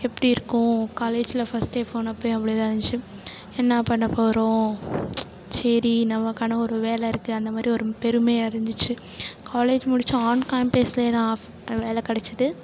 எப்படி இருக்கும் காலேஜில் ஃபர்ஸ்ட் டே போனப்போ அப்படி தான் இருந்துச்சு என்ன பண்ணப் போகிறோம் சரி நமக்கான ஒரு வேலை இருக்குது அந்த மாதிரி ஒரு பெருமையாக இருந்துச்சு காலேஜ் முடித்து ஆன் கேம்பஸில் தான் வேலை கெடைச்சிது